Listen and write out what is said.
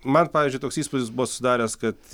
man pavyzdžiui toks įspūdis buvo susidaręs kad